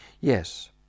Yes